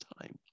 time